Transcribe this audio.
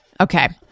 Okay